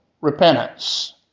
repentance